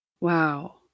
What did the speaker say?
Wow